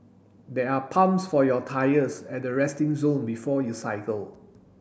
there are pumps for your tyres at the resting zone before you cycle